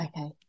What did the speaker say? Okay